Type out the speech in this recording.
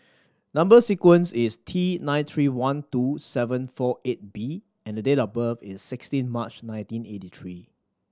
number sequence is T nine three one two seven four eight B and the date of birth is sixteen March nineteen eighty three